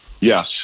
Yes